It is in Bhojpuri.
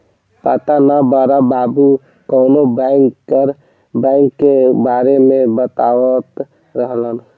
पाता ना बड़ा बाबु कवनो बैंकर बैंक के बारे में बतावत रहलन